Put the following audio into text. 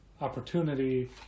opportunity